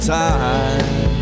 time